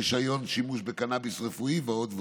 רישיון שימוש בקנביס רפואי ועוד ועוד.